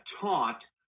taught